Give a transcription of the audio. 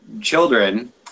children